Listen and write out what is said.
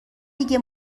دیگه